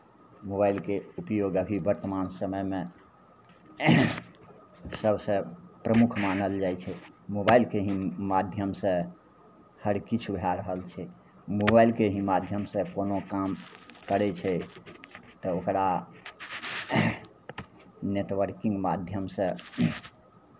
मोबाइलके उपयोग अभी वर्तमान समयमे सभसँ प्रमुख मानल जाइ छै मोबाइलके ही माध्यमसँ हर किछु भए रहल छै मोबाइलके ही माध्यमसँ कोनो काम करै छै तऽ ओकरा नेटवर्किंग माध्यमसँ